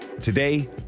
today